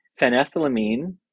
phenethylamine